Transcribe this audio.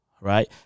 Right